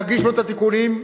נגיש את התיקונים לו.